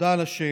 תודה על השאלה.